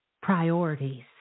priorities